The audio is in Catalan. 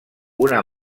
una